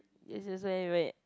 this is where where